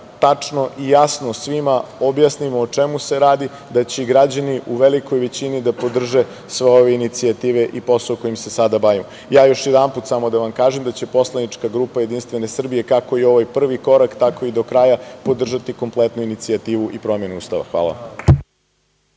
tačno i jasno svima objasnimo o čemu se radi, da će i građani u velikoj većini da podrže sve ove inicijative i posao kojim se sada bavimo. Još jedanput samo da vam kažem da će poslanička grupa JS, kako i ovaj prvi korak tako i do kraja, podržati kompletnu inicijativu i promenu Ustava. Hvala.